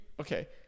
okay